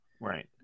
right